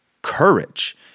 Courage